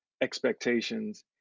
expectations